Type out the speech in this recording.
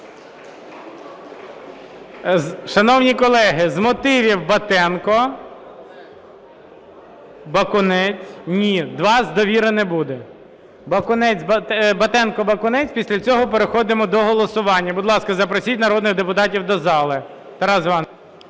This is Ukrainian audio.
Шановні колеги! З мотивів Батенко, Бакунець. Ні, два з "Довіри" не буде. Батенко, Бакунець, після цього переходимо до голосування. Будь ласка, запросіть народних депутатів до зали. Тарас Іванович.